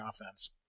offense